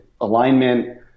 alignment